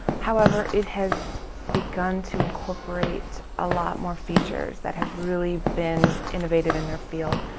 however, it has begun to incorporate a lot more features that have really been innovative in their field.